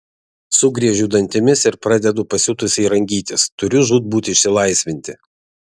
sugriežiu dantimis ir pradedu pasiutusiai rangytis turiu žūtbūt išsilaisvinti